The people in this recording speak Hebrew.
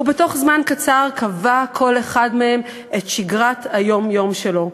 ובתוך זמן קצר קבע כל אחד מהם את שגרת היום-יום שלו.